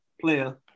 player